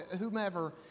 whomever